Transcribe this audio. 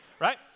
right